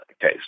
case